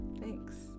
thanks